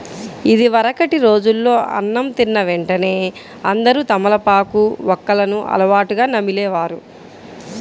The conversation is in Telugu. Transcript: ఇదివరకటి రోజుల్లో అన్నం తిన్న వెంటనే అందరూ తమలపాకు, వక్కలను అలవాటుగా నమిలే వారు